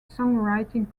songwriting